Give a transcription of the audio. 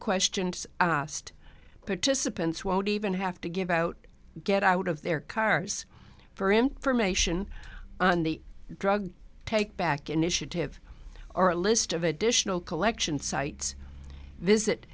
questions asked participants won't even have to give out get out of their cars for information on the drug take back initiative or a list of additional collection sites visit